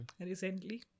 recently